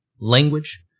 language